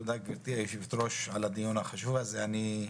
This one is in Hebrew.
תודה, גברתי יושבת הראש על הדיון החשוב הזה.